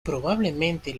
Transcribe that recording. probablemente